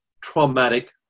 traumatic